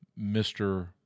Mr